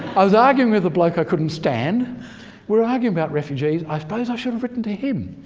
i was arguing with a bloke i couldn't stand. we were arguing about refugees, i suppose i should have written to him.